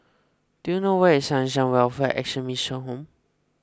do you know where is Sunshine Welfare Action Mission Home